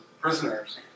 prisoners